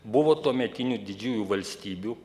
buvo tuometinių didžiųjų valstybių